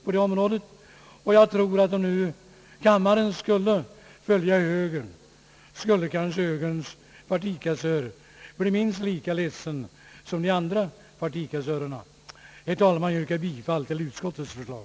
Om nu kammaren skulle följa högerns reservation, är det ju möjligt att högerns partikassör skulle bli minst lika ledsen som de andra partikassörerna. Herr talman! Jag yrkar bifall till utskottets förslag.